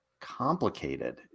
complicated